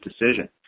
decision